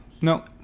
No